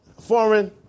foreign